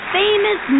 famous